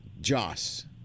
Joss